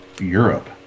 europe